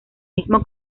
mismo